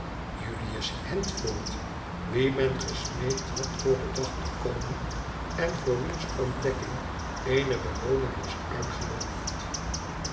julius handford wie men gesmeekt had voor den dag te komen en voor wiens ontdekking eene belooning was uitgeloofd